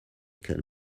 can